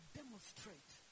demonstrate